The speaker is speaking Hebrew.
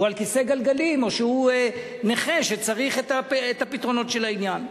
הוא על כיסא גלגלים או שהוא נכה שצריך את הפתרונות של העניין.